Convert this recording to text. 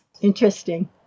Interesting